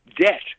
debt